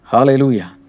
Hallelujah